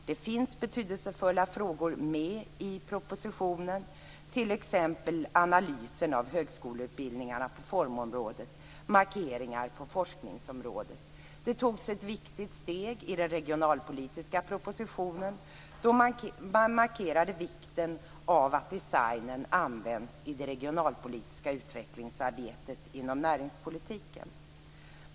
Det finns betydelsefulla frågor i propositionen, t.ex. analysen av högskoleutbildningarna på formområdet och markeringarna på forskningsområdet. Det togs ett viktigt steg i och med den regionalpolitiska propositionen, då man markerade vikten av att designen används i det regionalpolitiska utvecklingsarbetet inom näringspolitiken.